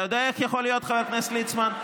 אתה יודע איך יכול להיות, חבר הכנסת ליצמן?